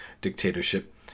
dictatorship